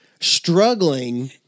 struggling